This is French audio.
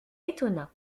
étonna